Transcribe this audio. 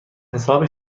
حساب